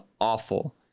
awful